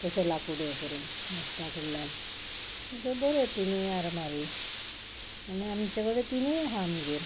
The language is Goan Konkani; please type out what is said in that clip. तशें लांकूड हें करून मेस्ता कडल्यान तश्यो बऱ्यो तिनूय आरमारी आनी आमचे कडेन तिनूय आसा आमगेर